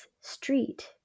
street